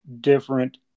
different